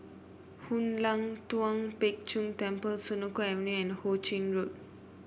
Hoon Lam Tua Pek Kong Temple Senoko Avenue and Ho Ching Road